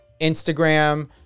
Instagram